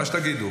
מה שתגידו.